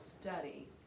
study